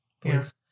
please